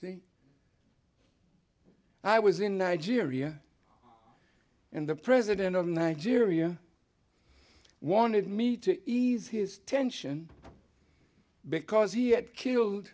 say i was in nigeria and the president of nigeria wanted me to ease his tension because he had killed